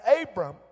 Abram